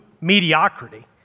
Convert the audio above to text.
mediocrity